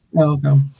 Okay